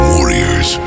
Warriors